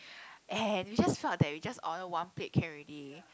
and we just felt that we just order one plate can already